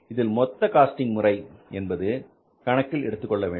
இதில் மொத்த காஸ்டிங் முறை என்பது கணக்கில் எடுத்துக் கொள்ள வேண்டும்